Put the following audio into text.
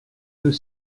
deux